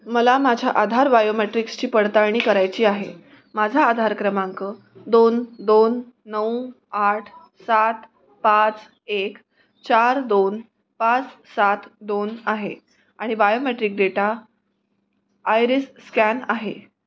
मला माझ्या आधार बायोमेट्रिक्सची पडताळणी करायची आहे माझा आधार क्रमांक दोन दोन नऊ आठ सात पाच एक चार दोन पाच सात दोन आहे आणि बायोमेट्रिक डेटा आयरीस स्कॅन आहे